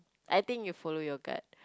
I think you follow your gut